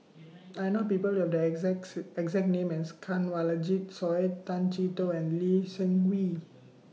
I know People Who Have The exact exact name as Kanwaljit Soin Tay Chee Toh and Lee Seng Wee